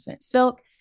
silk